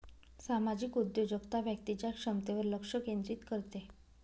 सामाजिक उद्योजकता व्यक्तीच्या क्षमतेवर लक्ष केंद्रित करते